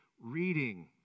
reading